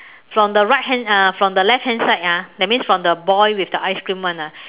from the right hand uh from the left hand side ah that means from the boy with the ice cream [one] ah